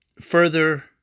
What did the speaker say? further